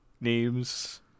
names